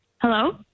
Hello